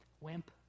Wimp